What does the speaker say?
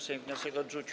Sejm wniosek odrzucił.